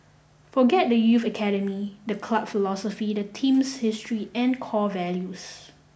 forget the youth academy the club philosophy the team's history and core values